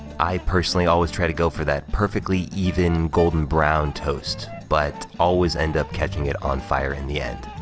i personally always try to go for that perfectly-even, golden-brown toast, but always end up catching it on fire in the end.